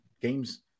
games